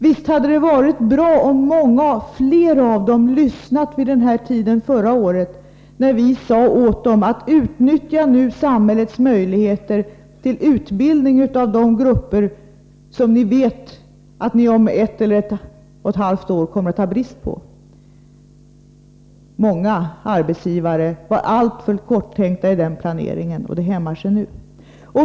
Visst hade det varit bra om många flera av dem lyssnat vid den här tiden förra året när vi sade till dem: Utnyttja nu samhällets möjligheter till utbildning av de grupper som ni vet att ni om ett eller ett och ett halvt år kommer att ha brist på! Många arbetsgivare var alltför korttänkta i den planeringen, och det hämmar sig nu.